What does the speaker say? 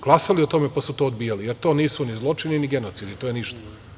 Glasali su o tome, pa su to odbijali, jer to nisu ni zločini, ni genocidi, to je ništa.